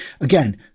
again